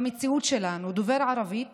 במציאות שלנו, דובר ערבית